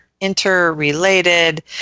interrelated